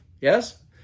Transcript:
Yes